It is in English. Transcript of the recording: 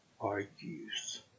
argues